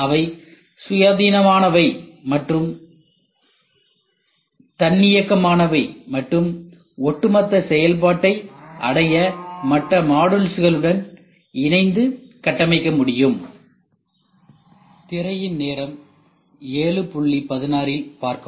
அவை சுயாதீனமானவை மற்றும் தன்னியக்கமானவை மற்றும் ஒட்டுமொத்த செயல்பாட்டை அடைய மற்ற மாடுல்ஸ்களுடன் இணைத்து கட்டமைக்க முடியும்